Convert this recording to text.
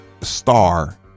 star